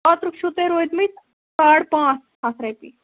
اوترُک چھو تۄہہ رودۍمٕتۍ ساڑ پانژھ ہتھ رۄپیہِ